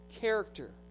character